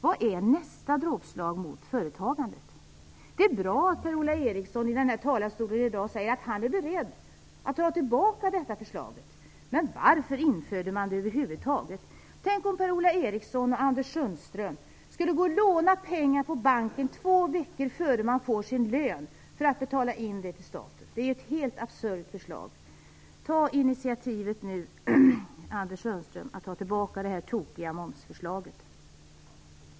Vad är nästa dråpslag mot företagandet? Det är bra att Per-Ola Eriksson i dag i denna talarstol säger att har är beredd att dra tillbaka detta förslag. Varför införde man det över huvud taget? Tänk om Per-Ola Eriksson och Anders Sundström skulle låna pengar på banken två veckor innan de fick sin lön för att betala in dem till staten! Det är ett helt absurt förslag. Ta nu initiativet, Anders Sundström, att ta tillbaka detta tokiga momsförslag!